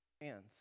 hands